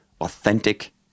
authentic